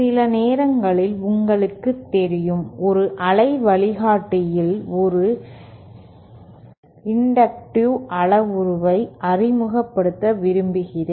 சில நேரங்களில் உங்களுக்குத் தெரியும் ஒரு அலை வழிகாட்டியில் ஒரு இன்டக்டிவ் அளவுருவை அறிமுகப்படுத்த விரும்புகிறோம்